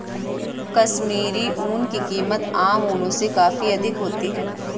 कश्मीरी ऊन की कीमत आम ऊनों से काफी अधिक होती है